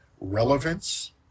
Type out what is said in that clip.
relevance